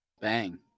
Bang